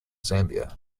zambia